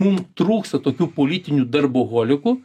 mum trūksta tokių politinių darboholikų